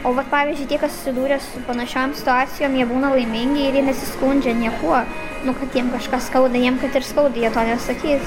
o vat pavyzdžiui tie kas susidūrę su panašiom situacijom jie būna laimingi ir jie nesiskundžia niekuo nu kad jiem kažką skauda jiem kad ir skauda jie to nesakys